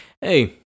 hey